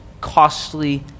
costly